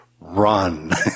Run